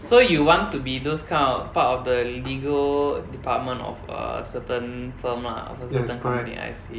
so you want to be those kind of part of the legal department of a certain firm lah so certain company I_C